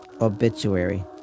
obituary